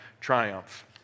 triumph